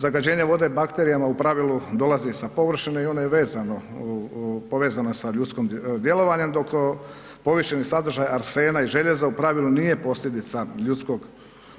Zagađenje vode bakterijama u pravilu dolazi sa površine i ono je vezano, povezano sa ljudskim djelovanjem, dok povišeni sadržaj arsena i željeza u pravilu nije posljedica ljudskog